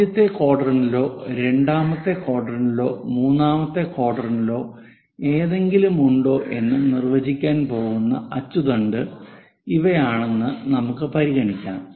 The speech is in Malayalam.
ആദ്യത്തെ ക്വാഡ്രന്റിലോ രണ്ടാമത്തെ ക്വാഡ്രന്റിലോ മൂന്നാമത്തെ ക്വാഡ്രന്റിലോ എന്തെങ്കിലും ഉണ്ടോ എന്ന് നിർവചിക്കാൻ പോകുന്ന അച്ചുതണ്ട് ഇവയാണെന്ന് നമുക്ക് പരിഗണിക്കാം